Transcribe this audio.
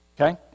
okay